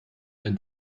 ein